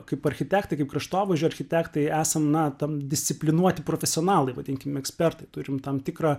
kaip architektai kaip kraštovaizdžio architektai esam na tam disciplinuoti profesionalai vadinkim ekspertai turim tam tikrą